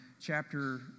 chapter